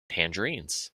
tangerines